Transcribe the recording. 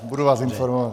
Budu vás informovat.